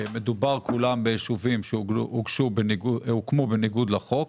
מדובר בישובים שהוקמו כולם בניגוד לחוק.